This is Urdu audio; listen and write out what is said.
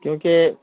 کیونکہ